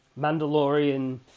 Mandalorian